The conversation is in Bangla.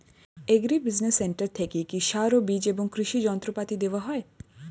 এগ্রি বিজিনেস সেন্টার থেকে কি সার ও বিজ এবং কৃষি যন্ত্র পাতি দেওয়া হয়?